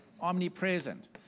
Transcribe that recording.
Omnipresent